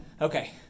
Okay